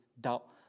doubt